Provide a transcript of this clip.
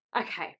Okay